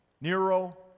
Nero